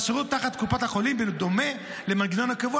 תחת קופות החולים בדומה למנגנון הקבוע